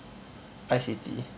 I_C_T